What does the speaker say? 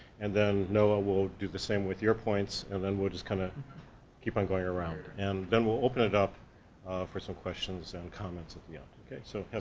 and then noah will do the same with your points, and then we'll just kind of keep on going around. and then we'll open it up for some questions and comments at the end, ah okay, so, heather.